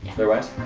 otherwise?